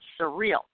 surreal